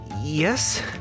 yes